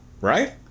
Right